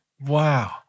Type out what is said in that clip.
Wow